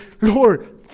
Lord